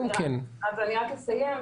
אז אני רק אסיים,